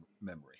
memory